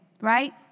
right